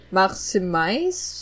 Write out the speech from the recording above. maximize